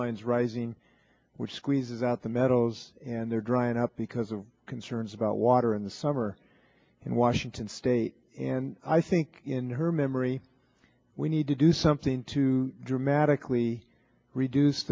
lines rising which squeezes out the meadows and they're drying up because of concerns about water in the summer in washington state and i think in her memory we need to do something to dramatically reduce